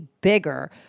bigger